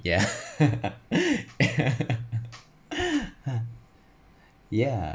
yeah yeah